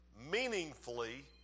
meaningfully